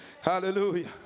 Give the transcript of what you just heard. hallelujah